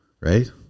right